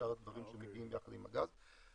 שאר הדברים שמגיעים יחד עם הגז,